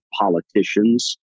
politicians